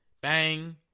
Bang